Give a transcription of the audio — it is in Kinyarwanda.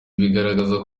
bigaragaza